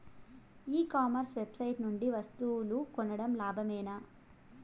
ఈ commerce website నుండి వస్తువులు కొనడం లాభమేనా?